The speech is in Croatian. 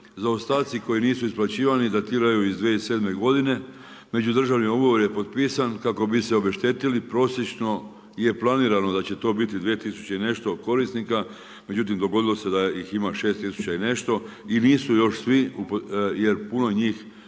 zaostaci koji nisu isplaćivani datiraju iz 2007. godine, međudržavni ugovor je potpisan kako bi se obeštetili. Prosječno je planirano da će to biti 2 tisuće i nešto korisnika, međutim dogodilo se da ih ima 6 tisuća i nešto i nisu još svi jer puno njih